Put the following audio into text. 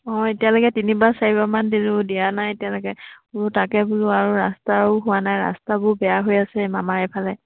অঁ এতিয়ালৈকে তিনিবাৰ চাৰিবাৰমান দিলোঁ দিয়া নাই এতিয়ালৈকে বোলো তাকে বোলো আৰু ৰাস্তাও হোৱা নাই ৰাস্তাবোৰ বেয়া হৈ আছে আমাৰ এইফালে